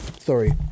sorry